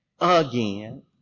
again